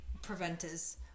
Preventers